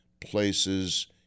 places